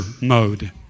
mode